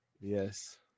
Yes